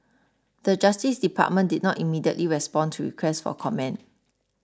the Justice Department did not immediately respond to request for comment